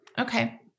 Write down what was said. Okay